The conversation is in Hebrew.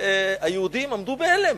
היהודים עמדו בהלם,